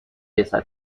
esa